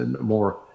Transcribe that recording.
more